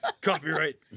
Copyright